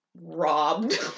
Robbed